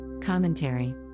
Commentary